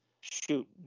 shoot